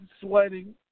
sweating